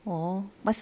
oh pas~